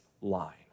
line